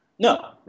No